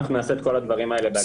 אנחנו נעשה את כל הדברים האלה בהסכמה.